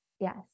Yes